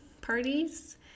parties